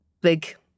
big